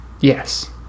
Yes